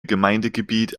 gemeindegebiet